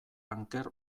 anker